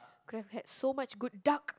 could have had so much good duck